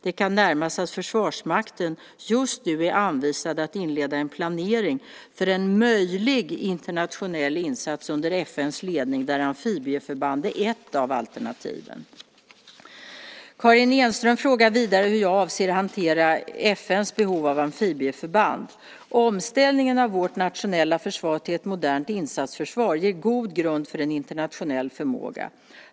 Det kan nämnas att Försvarsmakten just nu är anvisad att inleda en planering för en möjlig internationell insats under FN:s ledning där amfibieförband är ett av alternativen. Karin Enström frågar vidare hur jag avser att hantera FN:s behov av amfibieförband. Omställningen av vårt nationella försvar till ett modernt insatsförsvar ger god grund för en internationell förmåga.